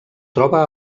troba